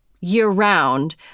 year-round